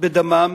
בדמם